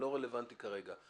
הם לא רלבנטיים כרגע.